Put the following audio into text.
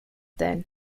then